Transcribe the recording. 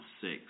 six